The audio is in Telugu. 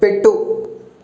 పెట్టు